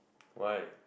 why